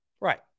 Right